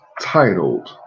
titled